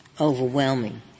overwhelming